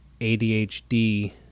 ADHD